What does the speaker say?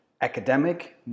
academic